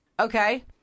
okay